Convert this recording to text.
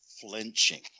flinching